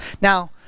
Now